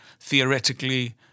theoretically